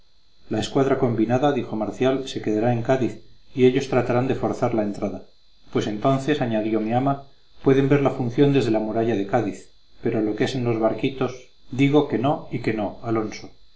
la escuadra combinada dijo marcial se quedará en cádiz y ellos tratarán de forzar la entrada pues entonces añadió mi ama pueden ver la función desde la muralla de cádiz pero lo que es en los barquitos digo que no y que no alonso